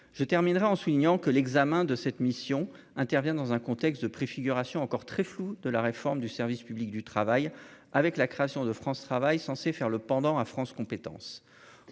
je terminerai en soulignant que l'examen de cette mission intervient dans un contexte de préfiguration encore très floue de la réforme du service public du travail avec la création de France travail censé faire le pendant à France compétences